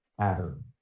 pattern